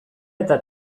eta